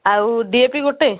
ଆଉ ଡିଏପି ଗୋଟେ